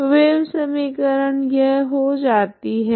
तो वेव समीकरण यह हो जाती है